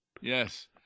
Yes